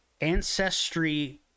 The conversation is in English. ancestry